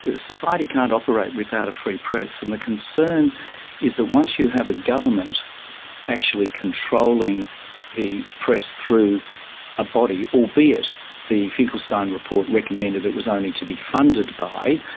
society can't operate without a free press, and the concern is that once you have a government actually controlling the press through a body, albeit the finkelstein report recommended it was only to be funded by,